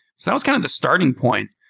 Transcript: sounds kind of the starting point,